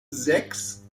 sechs